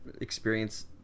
experience